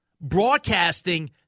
broadcasting